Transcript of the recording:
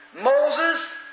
Moses